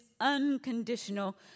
unconditional